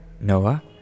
Noah